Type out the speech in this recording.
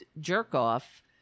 jerk-off